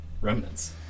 remnants